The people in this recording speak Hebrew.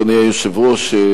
אדוני היושב-ראש,